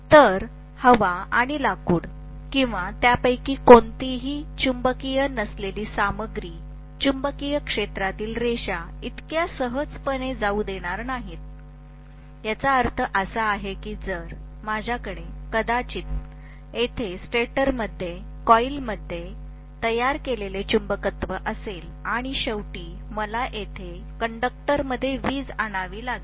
तर हवा किंवा लाकूड किंवा त्यापैकी कोणतीही चुंबकीय नसलेली सामग्री चुंबकीय क्षेत्रातील रेषा इतक्या सहजपणे जाऊ देणार नाहीत याचा अर्थ असा आहे की जर माझ्याकडे कदाचित येथे स्टेटरमध्ये कॉइल्समध्ये तयार केलेले चुंबकत्व असेल आणि शेवटी मला येथे कंडक्टरमध्ये वीज आणावी लागेल